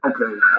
Okay